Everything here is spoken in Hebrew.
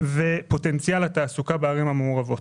ופוטנציאל התעסוקה בערים המעורבות.